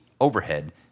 overhead